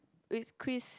with Chris